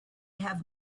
have